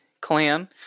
clan